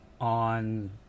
on